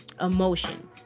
emotion